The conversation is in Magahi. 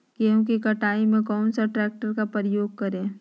गेंहू की कटाई में कौन सा ट्रैक्टर का प्रयोग करें?